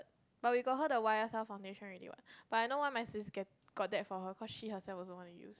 but we got her the YSL foundation already what but I know why my sis get got that for her cause she herself also want to use